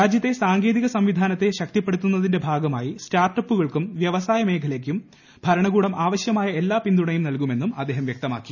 രാജ്യത്തെ സാങ്കേതിക സംവിധാനത്തെ ശക്തിപ്പെടുത്തുന്നതിന്റെ ഭാഗമായി സ്റ്റാർട്ടപ്പുകൾക്കും വ്യവസായ മേഖലയ്ക്കും ഭരണകൂടം ആവശ്യമായ എല്ലാ പിന്തുണയും നൽകുമെന്നും അദ്ദേഹം വ്യക്തമാക്കി